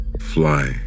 fly